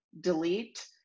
delete